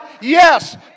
Yes